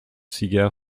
cigare